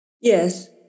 Yes